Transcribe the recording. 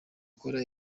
gukora